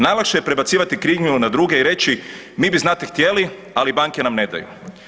Najlakše je prebacivati krivnju na druge i reći mi bi znate htjeli, ali banke nam ne daju.